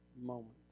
moment